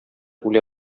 үлә